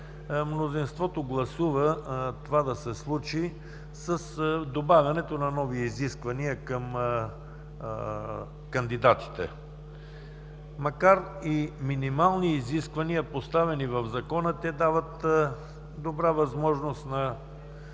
мнозинството гласува това да се случи с добавянето на нови изисквания към кандидатите. Макар и минимални изисквания, поставени в Закона, те дават добра възможност на